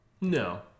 No